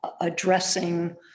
addressing